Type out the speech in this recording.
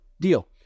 deal